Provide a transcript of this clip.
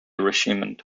regiment